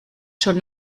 schon